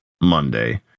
Monday